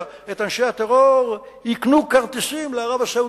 את אנשי הטרור יקנו כרטיסים לערב הסעודית,